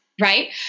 Right